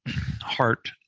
heart